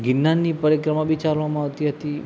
ગિરનારની પરિક્રમા બી ચાલવામાં આવતી હતી